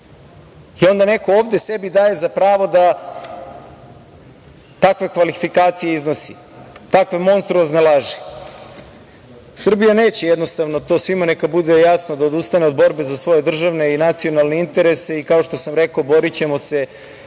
I onda neko ovde sebi daje za pravo da takve kvalifikacije iznosi, takve monstruozne laži. Srbija neće, jednostavno, to svima neka bude jasno, da odustane od borbe za svoje državne i nacionalne interese i kao što sam rekao, borićemo se